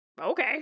Okay